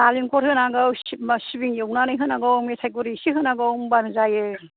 नालेंखर होनांगौ सिबिं एवनानै होनांगौ मेथाइ गुर एसे होनांगौ होनबानो जायो